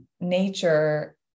nature